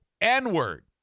N-word